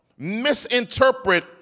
misinterpret